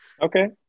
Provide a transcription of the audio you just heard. Okay